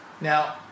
Now